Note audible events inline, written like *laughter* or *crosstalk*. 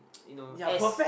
*noise* you know as